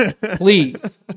please